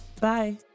Bye